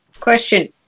question